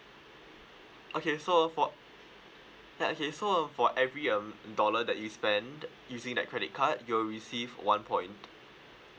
okay so for ya okay so um for every um dollar that you spend using that credit card you will receive one point